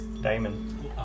Diamond